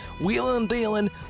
wheeling-dealing